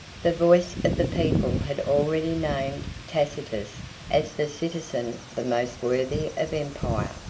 the voice of the people had already named tacitus as the citizen the most worthy of empire.